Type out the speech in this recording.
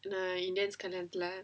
நான்:naan indians கல்யாணத்துல:kalyaanathula